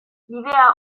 bidea